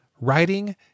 Writing